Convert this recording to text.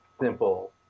simple